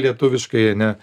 lietuviškai ane